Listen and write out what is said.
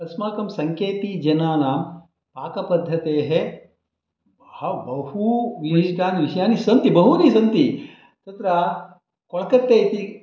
अस्माकं सङ्केती जनानां पाकपद्धतेः बह बहुविशिष्टानि विषयानि सन्ति बहूनि सन्ति तत्र कोल्कत्तेती